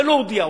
ולא הודיע,